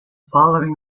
following